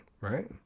right